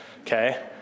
okay